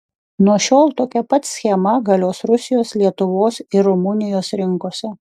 nuo šiol tokia pat schema galios rusijos lietuvos ir rumunijos rinkose